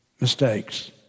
mistakes